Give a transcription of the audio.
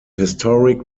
historic